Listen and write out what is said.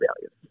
values